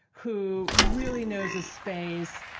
who really knows the space,